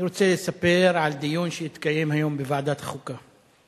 אני רוצה לספר על דיון שהתקיים היום בוועדת החוקה.